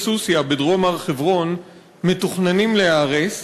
סוסיא בדרום הר-חברון מתוכננים להיהרס